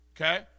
okay